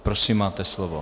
Prosím, máte slovo.